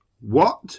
What